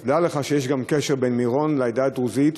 אז דע לך שיש גם קשר בין מירון לעדה הדרוזית.